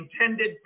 intended